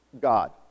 God